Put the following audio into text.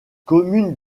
commune